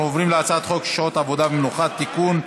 אנחנו עוברים להצעת חוק שעות עבודה ומנוחה (תיקון,